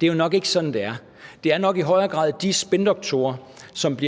Det er jo nok ikke sådan, det er. Det er nok i højere grad de spindoktorer, som